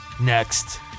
next